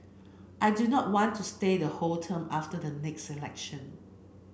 I do not want to stay the whole term after the next selection